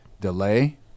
delay